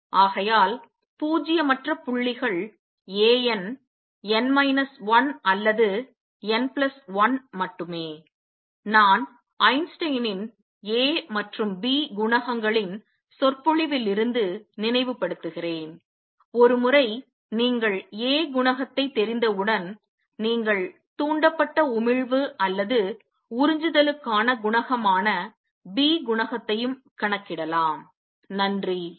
ஆகையால் பூஜ்ஜியம் அற்ற புள்ளிகள் A n n மைனஸ் 1 அல்லது n பிளஸ் 1 மட்டுமே நான் ஐன்ஸ்டீனின் A மற்றும் B குணகங்களின் சொற்பொழிவில் இருந்து நினைவுபடுத்துகிறேன் ஒரு முறை நீங்கள் A குணகத்தை தெரிந்தவுடன் நீங்கள் தூண்டப்பட்ட உமிழ்வு அல்லது உறிஞ்சுதலுக்கான குணகமான B குணகத்தையும் கணக்கிடலாம்